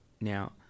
Now